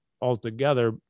altogether